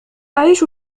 أعيش